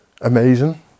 Amazing